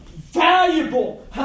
valuable